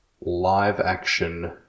live-action